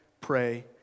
pray